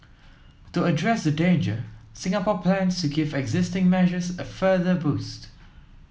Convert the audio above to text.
to address the danger Singapore plans to give existing measures a further boost